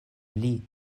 pli